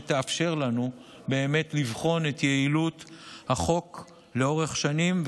שתאפשר לנו באמת לבחון את יעילות החוק לאורך שנים,